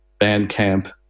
Bandcamp